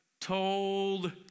told